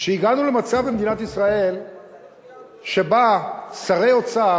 שהגענו למצב שבמדינת ישראל שרי האוצר